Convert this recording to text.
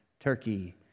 Turkey